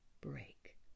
break